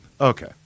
Okay